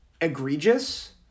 egregious